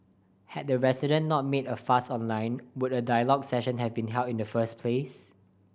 had the resident not made a fuss online would a dialogue session have been held in the first place